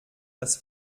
das